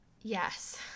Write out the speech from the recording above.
Yes